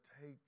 take